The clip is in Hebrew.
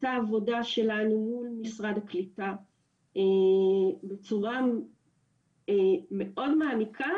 הייתה עבודה שלנו מול משרד הקליטה בצורה מאוד מעמיקה,